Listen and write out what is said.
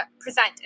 present